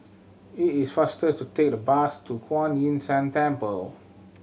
it is faster to take the bus to Kuan Yin San Temple